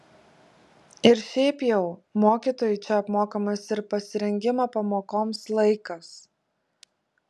ir šiaip jau mokytojui čia apmokamas ir pasirengimo pamokoms laikas